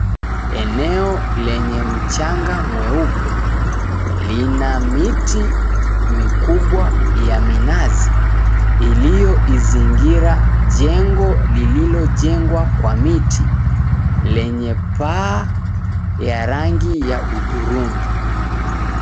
Eneo lenye mchanga mweupe lina miti mikubwa ya minazi iliyoizingira jengo lililojengwa kwa miti lenye paa ya rangi ya hudhurungi.